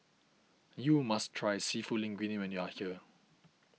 you must try Seafood Linguine when you are here